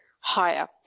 Higher